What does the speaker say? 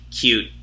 cute